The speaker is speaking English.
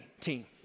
team